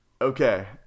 Okay